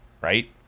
right